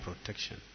protection